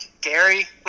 Gary